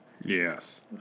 Yes